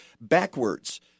backwards